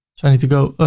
so i need to go,